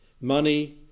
Money